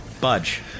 Budge